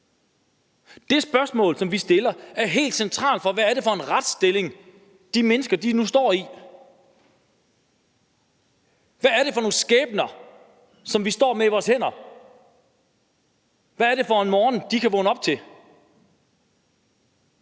De spørgsmål, som vi stiller, er helt centrale, for hvad er det for en retsstilling, de mennesker nu står i? Hvad er det for nogle skæbner, som vi står med i vores hænder? Hvad er det for en morgen, de kan vågne op til?